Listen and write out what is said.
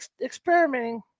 experimenting